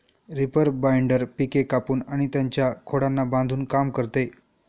reaper binder पिके कापून आणि त्यांच्या खोडांना बांधून काम करते